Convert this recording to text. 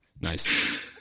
Nice